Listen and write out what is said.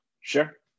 sure